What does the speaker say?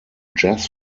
jazz